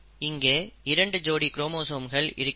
இங்கே இரண்டு ஜோடி குரோமோசோம்கள் இருக்கின்றன